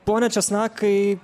pone česnakai